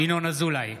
ינון אזולאי,